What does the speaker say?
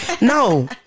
No